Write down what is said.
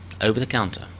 over-the-counter